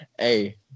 Hey